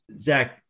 Zach